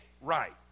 right